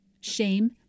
Shame